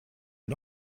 wir